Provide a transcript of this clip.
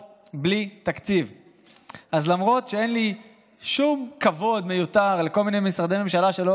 פשוט: בזמן הקמת מגוון משרדי ממשלה,